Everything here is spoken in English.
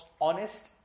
honest